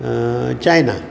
China